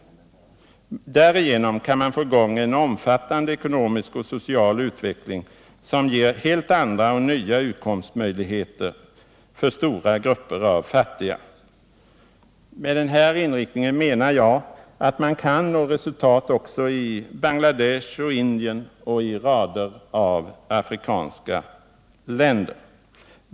Därigenom kan man få i gång en omfattande ekonomisk och social utveckling, som ger helt andra och nya utkomtsmöjligheter för stora grupper av fattiga människor. Med denna inriktning menar jag att man kan nå resultat också i Bangladesh och Indien samt i rader av afrikanska länder.